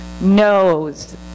knows